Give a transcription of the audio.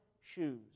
shoes